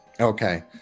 Okay